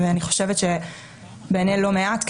ואני חושבת שבעיני לא מעט כאן,